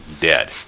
dead